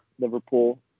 Liverpool